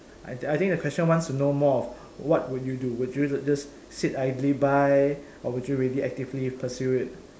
I I think the question wants to know more of what would you do would you just sit idly by or would you really actively pursue it